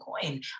coin